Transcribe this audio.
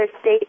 state